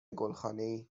گلخانهای